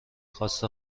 خواست